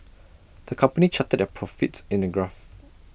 the company charted their profits in A graph